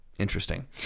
interesting